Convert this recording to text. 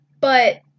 but-